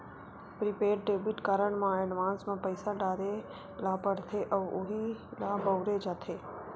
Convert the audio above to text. prepaid debit card म advance म पइसा डारे ल परथे अउ उहीं ल बउरे जाथे